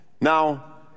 Now